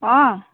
অঁ